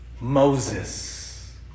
Moses